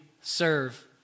serve